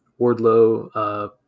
Wardlow